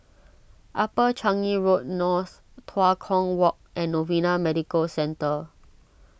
Upper Changi Road North Tua Kong Walk and Novena Medical Centre